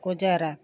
Gujarat